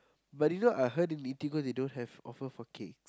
but you know I heard in Eatigo they don't have offer for cake